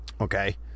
Okay